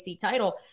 title